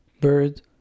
Bird